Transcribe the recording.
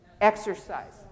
Exercise